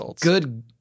good